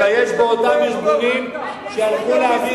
אני מתבייש באותם ארגונים שהלכו להעביר